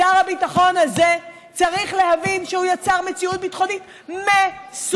שר הביטחון הזה צריך להבין שהוא יצר מציאות ביטחונית מסוכנת.